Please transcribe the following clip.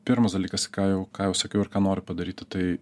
pirmas dalykas ką jau ką jau sakiau ir ką noriu padaryti tai